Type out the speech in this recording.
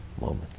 moment